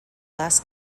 less